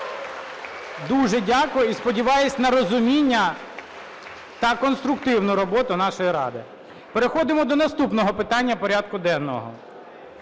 Дуже дякую і сподіваюся на розуміння та конструктивну роботу нашої Ради. Переходимо до наступного питання порядку денного.